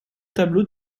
tableaux